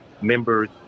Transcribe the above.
members